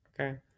Okay